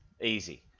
Easy